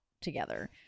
together